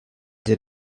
did